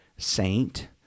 saint